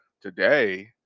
today